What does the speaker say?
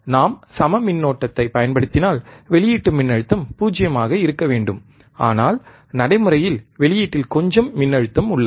நாம் சம மின்னோட்டத்தைப் பயன்படுத்தினால் வெளியீட்டு மின்னழுத்தம் 0 ஆக இருக்க வேண்டும் ஆனால் நடைமுறையில் வெளியீட்டில் கொஞ்சம் மின்னழுத்தம் உள்ளது